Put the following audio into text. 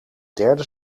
derde